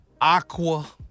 Aqua